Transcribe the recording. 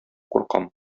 куркам